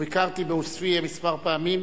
ביקרתי בעוספיא כמה פעמים.